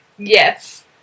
Yes